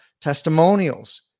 testimonials